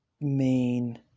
main